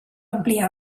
ampliar